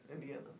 Indiana